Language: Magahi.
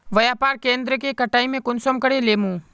व्यापार केन्द्र के कटाई में कुंसम करे लेमु?